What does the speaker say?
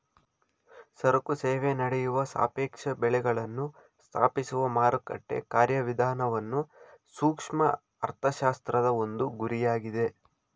ಸರಕು ಸೇವೆ ನಡೆಯುವ ಸಾಪೇಕ್ಷ ಬೆಳೆಗಳನ್ನು ಸ್ಥಾಪಿಸುವ ಮಾರುಕಟ್ಟೆ ಕಾರ್ಯವಿಧಾನವನ್ನು ಸೂಕ್ಷ್ಮ ಅರ್ಥಶಾಸ್ತ್ರದ ಒಂದು ಗುರಿಯಾಗಿದೆ